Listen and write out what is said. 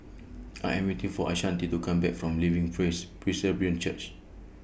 I Am waiting For Ashanti to Come Back from Living Praise Presbyterian Church